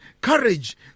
courage